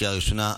לקריאה ראשונה.